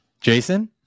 Jason